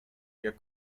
jak